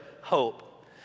hope